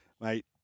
Mate